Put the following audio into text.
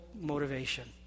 motivation